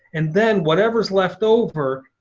and then whatever's left over,